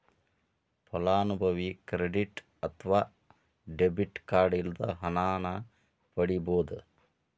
ಫಲಾನುಭವಿ ಕ್ರೆಡಿಟ್ ಅತ್ವ debit card ಇಲ್ಲದ ಹಣನ ಪಡಿಬೋದ್